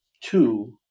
two